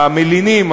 המלינים,